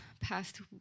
past